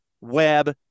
web